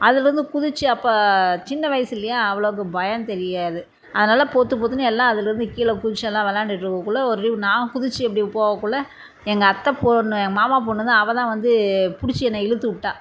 அதுலேருந்து குதிச்சு அப்போ சின்ன வயசு இல்லையா அவ்வளோக்கு பயம் தெரியாது அதனால பொத்து பொத்துன்னு எல்லாம் அதுலேருந்து கீழ குதிச்சு எல்லாம் விளாண்டுட்டு இருக்கக்குள்ளே ஒரு ட்ரிப் நான் குதிச்சு அப்படி போவக்குள்ளே எங்கள் அத்தை பொண்ணு மாமா பொண்ணு தான் அவள் தான் வந்து பிடிச்சி என்ன இழுத்து விட்டா